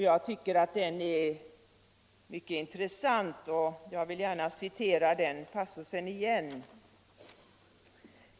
Jag tycker den är mycket intressant och jag vill också gärna citera den.